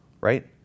Right